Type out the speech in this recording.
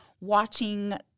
watching